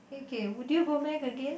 okay would you go back again